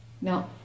No